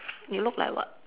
you look like what